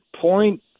point